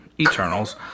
Eternals